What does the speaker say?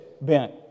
bent